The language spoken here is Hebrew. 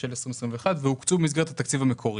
של 2021 והוקצו במסגרת התקציב המקורי.